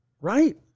Right